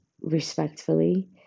respectfully